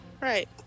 Right